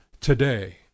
today